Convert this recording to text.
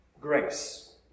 grace